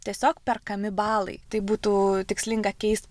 tiesiog perkami balai tai būtų tikslinga keist